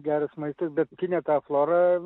geras maistas bet gi ne tą florą